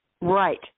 Right